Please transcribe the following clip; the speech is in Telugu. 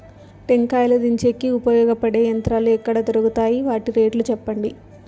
టెంకాయలు దించేకి ఉపయోగపడతాయి పడే యంత్రాలు ఎక్కడ దొరుకుతాయి? వాటి రేట్లు చెప్పండి?